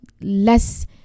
less